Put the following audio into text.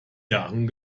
jahren